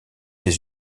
des